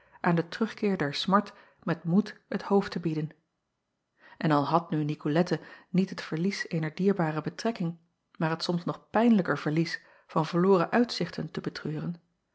aan den terugkeer der smart met moed het hoofd te bieden n al had nu icolette niet het verlies eener dierbare betrekking maar het soms nog pijnlijker verlies van verloren uitzichten te betreuren